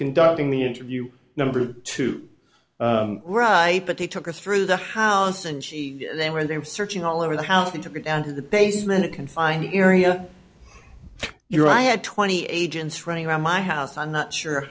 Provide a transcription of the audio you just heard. conducting the interview number two right but he took us through the house and she then when they were searching all over the house he took me down to the basement confined area your i had twenty agents running around my house i'm not sure